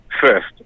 first